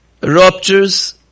ruptures